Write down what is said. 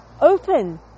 open